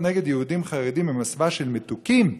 נגד יהודים חרדים במסווה של "מתוקים",